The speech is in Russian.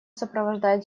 сопровождает